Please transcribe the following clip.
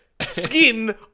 skin